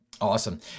Awesome